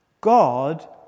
God